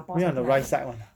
you mean on the right side [one] ah